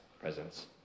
presence